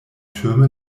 türme